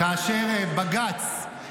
כאשר בג"ץ,